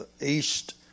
East